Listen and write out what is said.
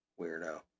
weirdo